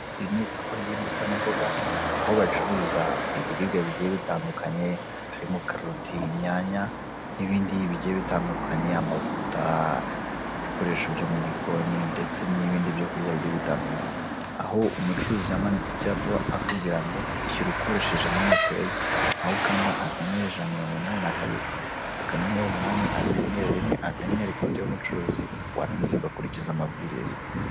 Iri n'isoko ry'imbuto n'imboga, aho bacuruza ibiribwa bigiye bitandukanye, harimo karoti, inyanya n'ibindi bigiye bitandukanye, amavuta, ibikoresho byo mu gikoni ndetse n'ibindi byo kurya bigiye bitandukanye. Aho umucurizi yamanitse icyapa akubwira ngo ishyura ukoresheje momo peyi, aho ukanda akanyenyeri ijana na mirongo inani na kabiri, akanyenyeri umunani, akanyenyeri rimwe, akanyenyeri kode y'umucuruzi, warangiza ugakurikiza amabwiriza.